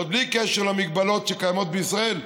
עוד בלי קשר למגבלות שקיימות בישראל,